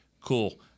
cool